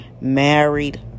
Married